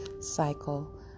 cycle